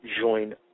join